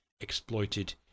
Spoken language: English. exploited